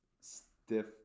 stiff